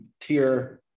tier